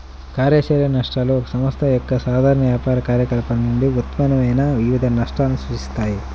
కార్యాచరణ నష్టాలు ఒక సంస్థ యొక్క సాధారణ వ్యాపార కార్యకలాపాల నుండి ఉత్పన్నమయ్యే వివిధ నష్టాలను సూచిస్తాయి